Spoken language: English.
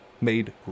made